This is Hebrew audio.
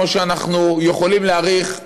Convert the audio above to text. כמו שאנחנו יכולים להעריך,